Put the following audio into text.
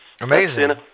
Amazing